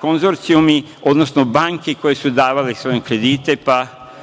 konzorcijumi, odnosno banke koje su davale svoje kredite, pa